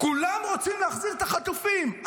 כולם רוצים להחזיר את החטופים,